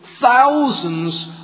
thousands